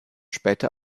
später